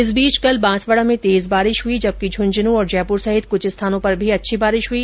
इस बीच कल बांसवाड़ा में तेज वर्षा हुई जबकि झुन्झुनू और जयपुर सहित कुछ स्थानों पर भी अच्छी बारिश हुई